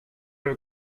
have